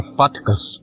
particles